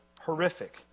horrific